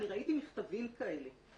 אני ראיתי מכתבים כאלה.